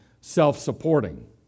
self-supporting